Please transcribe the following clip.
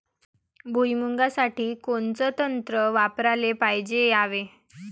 भुइमुगा साठी कोनचं तंत्र वापराले पायजे यावे?